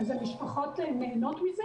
נהנות מזה,